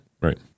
right